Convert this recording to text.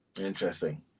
Interesting